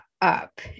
up